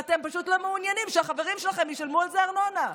ואתם פשוט לא מעוניינים שהחברים שלכם ישלמו על זה ארנונה.